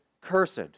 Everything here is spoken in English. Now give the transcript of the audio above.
Cursed